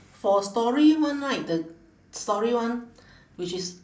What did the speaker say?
for story [one] right the story [one] which is